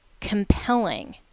compelling